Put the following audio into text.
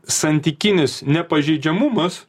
santykinis nepažeidžiamumas